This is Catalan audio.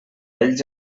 ells